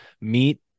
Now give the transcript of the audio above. meet